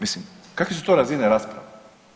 Mislim kakve su to razine rasprava?